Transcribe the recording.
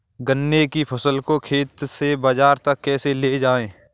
गन्ने की फसल को खेत से बाजार तक कैसे लेकर जाएँ?